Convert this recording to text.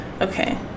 Okay